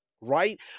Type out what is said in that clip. right